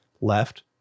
left